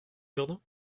jardin